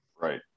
Right